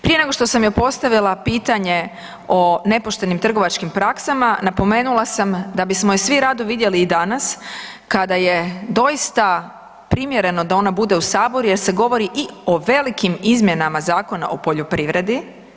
Prije nego što sam joj postavila pitanje o nepoštenim trgovačkim praksama, napomenula sam da bismo je svi rado vidjeli i danas kada je doista primjereno da ona bude u Saboru jer se govori i o velikim izmjenama Zakona o poljoprivredi.